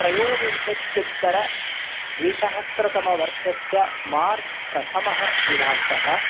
त्रयोविंशत्युत्तरद्विसहस्रतमवर्षस्य March प्रथमः दिनाङ्कः